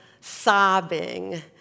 sobbing